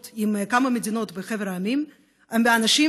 שהוכרו על ידי המדינה מאז 2003,